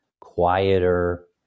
quieter